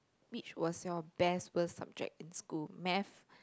which was your best first subject in school math